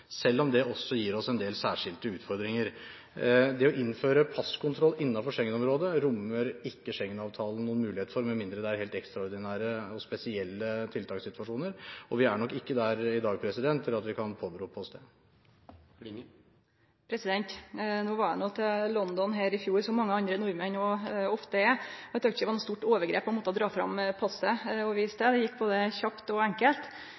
selv om det også gir oss en del særskilte utfordringer. Det å innføre passkontroll innenfor Schengen-området rommer ikke Schengen-avtalen noen mulighet for, med mindre det er helt ekstraordinære og spesielle tiltakssituasjoner. Vi er nok ikke der i dag at vi kan påberope oss det. Eg var i London i fjor, som mange andre nordmenn også ofte er, og eg tykte ikkje det var noko stort overgrep å måtte dra fram passet og vise det. Det gikk kjapt og var enkelt,